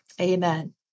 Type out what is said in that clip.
Amen